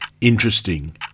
interesting